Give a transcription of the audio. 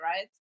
right